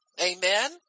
Amen